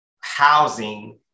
housing